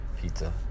Pizza